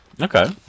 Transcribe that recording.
Okay